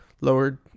Lowered